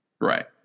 Right